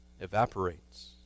evaporates